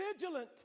vigilant